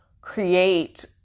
create